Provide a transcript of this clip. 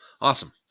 Awesome